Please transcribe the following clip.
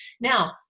Now